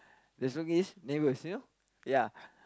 the slogan is neighbours you know ya